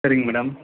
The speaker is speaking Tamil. சரிங்க மேடம்